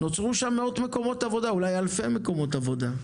נוצרו שם מאות, אולי אלפי מקומות עבודה.